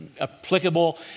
applicable